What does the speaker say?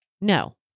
No